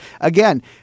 again